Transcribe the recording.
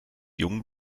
jung